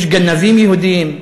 יש גנבים יהודים,